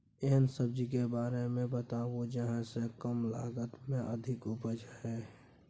एहन सब्जी के बारे मे बताऊ जाहि सॅ कम लागत मे अधिक उपज होय?